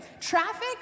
Traffic